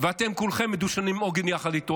ואתם כולכם מדושנים עונג יחד איתו.